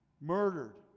Murdered